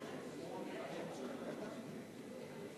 זה בדיוק, על זה